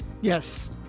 Yes